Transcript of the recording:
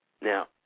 Now